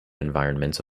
environment